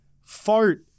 fart